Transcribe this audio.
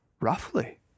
roughly